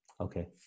Okay